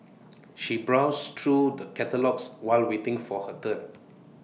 she browsed through the catalogues while waiting for her turn